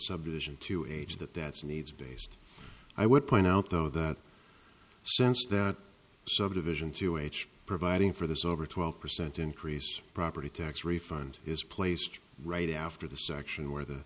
subdivision to age that that's needs based i would point out though that sense that subdivision to h providing for this over twelve percent increase property tax refund is placed right after the section where the